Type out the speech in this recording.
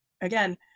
Again